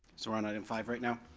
so we're on item five right now?